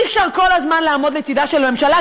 אי-אפשר להיות כל הזמן לצדה של הממשלה,